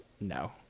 no